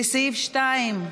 לסעיף 2,